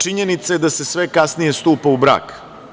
Činjenica je da se sve kasnije stupa u brak.